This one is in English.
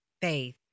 faith